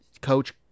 coach